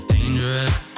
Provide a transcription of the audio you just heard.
Dangerous